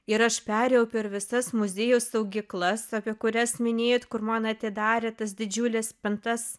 ir aš perėjau per visas muziejų saugyklas apie kurias minėjot kur man atidarė tas didžiules spintas